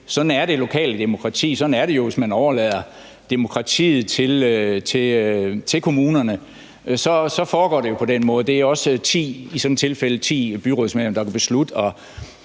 sådan er det lokale demokrati. Sådan er det jo, hvis man overlader demokratiet til kommunerne; så foregår det jo på den måde. Det er også i det tilfælde 10 byrådsmedlemmer, der kan beslutte,